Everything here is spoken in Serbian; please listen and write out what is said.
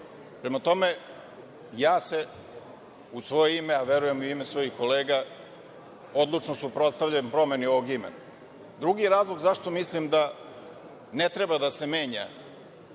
tome, ja se u svoje ime, a verujem i u ime svojih kolega odlučno suprotstavljam promeni ovog imena. Drugi razlog zašto mislim da ne treba da se menja